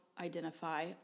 identify